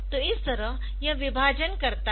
तो इस तरह यह विभाजन करता है